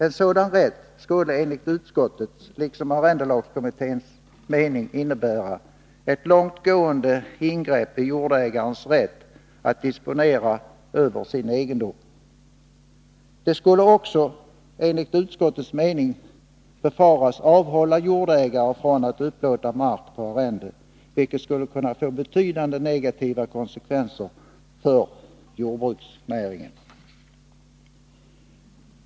En sådan rätt skulle enligt utskottets — liksom arrendelagskommitténs — mening innebära ett långt gående ingrepp i jordägarens rätt att disponera sin egendom. Det skulle också enligt utskottets mening kunna befaras avhålla jordägare från att upplåta mark på arrende, vilket skulle kunna få betydande negativa konsekvenser för jordbruksnäringen.